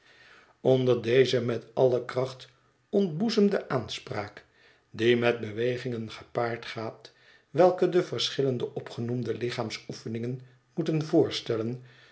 onder deze met alle kracht ontboezemde aanspraak die met bewegingen gepaard gaat welke de verschillende opgenoemde lichaamsoefeningen moeten voorstellen